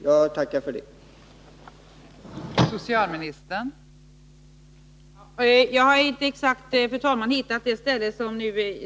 Jag tackar för det svaret.